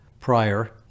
prior